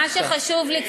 מה שחשוב לי,